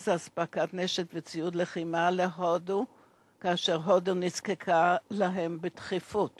אספקת נשק וציוד לחימה להודו כאשר הודו נזקקה להם בדחיפות